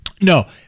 No